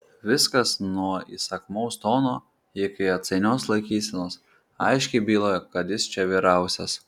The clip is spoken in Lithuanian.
viskas nuo įsakmaus tono iki atsainios laikysenos aiškiai bylojo kad jis čia vyriausias